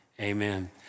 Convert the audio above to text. amen